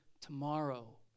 tomorrow